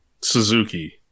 Suzuki